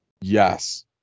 yes